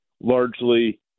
largely